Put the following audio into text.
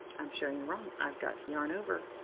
i'm showing you wrong. i've got to yarn over.